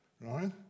right